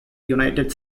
united